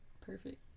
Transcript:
Perfect